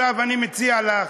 עכשיו אני מציע לך,